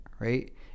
Right